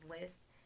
list